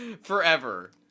forever